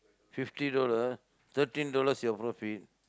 fifty dollar thirteen dollars your profit